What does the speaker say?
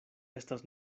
estas